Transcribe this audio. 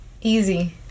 Easy